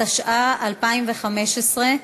התשע"ו 2015,